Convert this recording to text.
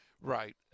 Right